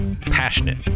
passionate